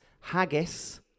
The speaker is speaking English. Haggis